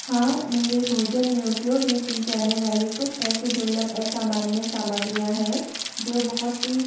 हाँ मेरे भोजन में उपयोग में की जाने वाली कुछ ऐसी दुर्लभ सामान्य सामग्रियाँ हैं जो बहुत ही